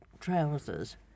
trousers